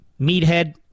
meathead